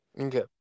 Okay